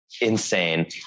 insane